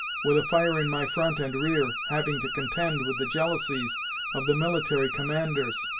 with a fire in my front and rear, having to contend with the jealousies of the military commanders,